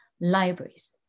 libraries